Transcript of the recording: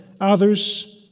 Others